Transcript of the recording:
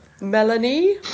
melanie